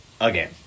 again